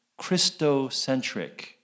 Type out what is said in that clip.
Christocentric